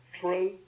true